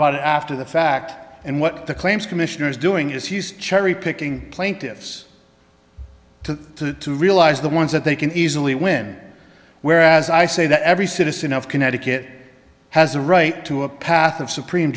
about it after the fact and what the claims commissioner is doing is he's cherry picking plaintiffs to realize the ones that they can easily win whereas i say that every citizen of connecticut has a right to a path of supreme